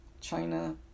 China